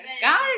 guys